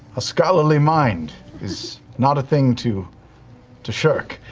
a scholarly mind is not a thing to to shirk.